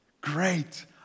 great